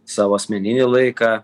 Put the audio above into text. savo asmeninį laiką